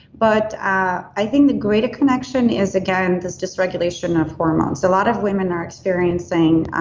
but i think the greater connection is, again, this dysregulation of hormones. a lot of women are experiencing